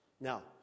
Now